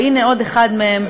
והנה עוד אחד מהם.